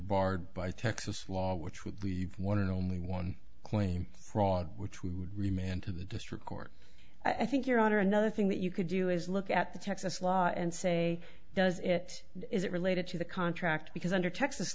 barred by texas law which would leave one and only one claim fraud which we would remand to the district court i think your honor another thing that you could do is look at the texas law and say does it is it related to the contract because under texas